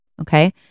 Okay